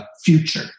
future